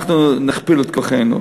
אנחנו נכפיל את כוחנו.